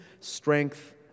strength